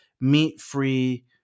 meat-free